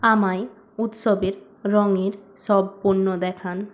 আমায় উৎসবের রঙের সব পণ্য দেখান